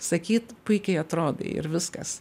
sakyt puikiai atrodai ir viskas